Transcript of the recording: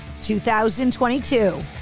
2022